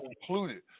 included